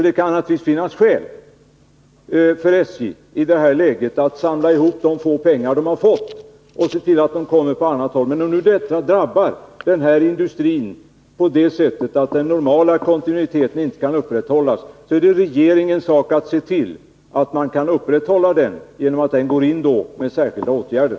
Det kan alltså finnas skäl för SJ att i detta läge använda de små medel, som man har fått, till andra ändamål. Men när detta drabbar NOHAB på det sättet att den normala kontinuiteten inte kan upprätthållas är det regeringens sak att se till att den bevaras, genom att man vidtar särskilda åtgärder.